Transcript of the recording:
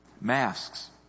Masks